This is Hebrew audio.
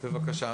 בבקשה.